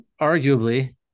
arguably